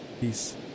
Peace